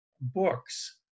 Books